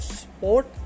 sport